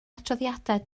adroddiadau